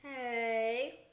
Hey